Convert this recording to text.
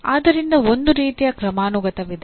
ಆದ್ದರಿಂದ ಒಂದು ರೀತಿಯ ಕ್ರಮಾನುಗತವಿದೆ